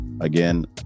again